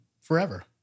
Forever